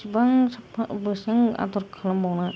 बेसेबां साफा बेसेबां आदर खालामबावनो